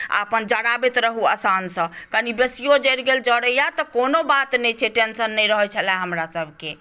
आ अपन जड़ाबैत रहू आसानसँ कनी बेसियो जड़ि गेल जड़ैए तऽ कोनो बात नहि छै टेंशन नहि रहैत छलए हमरासभके